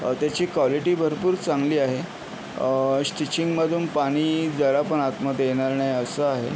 त्याची क्वालिटी भरपूर चांगली आहे स्टिचिंगमधून पाणी जरा पण आतमध्ये येणार नाही असं आहे